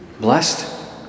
blessed